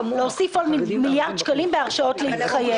להוסיף 1 מיליארד שקלים בהרשאות להתחייב.